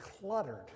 cluttered